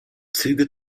züge